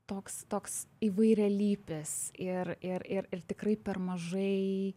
toks toks įvairialypis ir ir ir ir tikrai per mažai